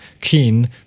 keen